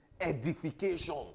Edification